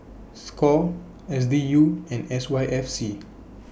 SCORE S D U and S Y F C